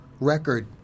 record